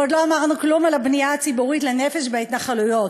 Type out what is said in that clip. ועוד לא אמרנו כלום על הבנייה הציבורית לנפש בהתנחלויות,